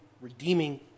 redeeming